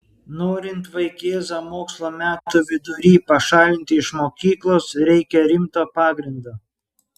norint vaikėzą mokslo metų vidury pašalinti iš mokyklos reikia rimto pagrindo